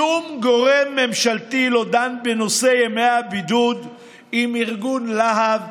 שום גורם ממשלתי לא דן בנושא ימי הבידוד עם ארגון לה"ב,